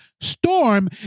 storm